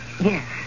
Yes